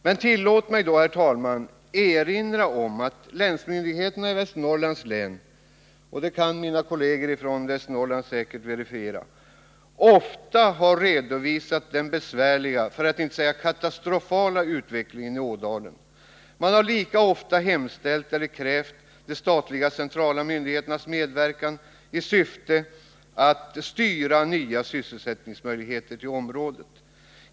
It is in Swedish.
Men tillåt mig, herr talman, att erinra om att länsmyndigheterna i Västernorrlands län — och det kan mina kolleger från Västernorrland säkert intyga — ofta har redovisat den besvärliga, för att inte säga katastrofala, utvecklingen i Ådalen. Man har lika ofta hemställt eller krävt de statliga centrala myndigheternas medverkan i syfte att styra ny sysselsättning till området.